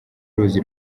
ruzi